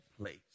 place